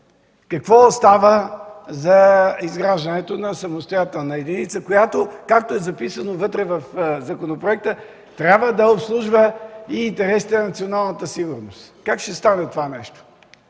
какво остава за изграждането на самостоятелна единица, която, както е записано вътре в законопроекта, трябва да обслужва и интересите на националната сигурност. Как ще стане това нещо?